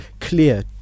clear